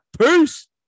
Peace